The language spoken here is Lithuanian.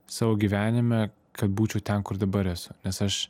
savo gyvenime kad būčiau ten kur dabar esu nes aš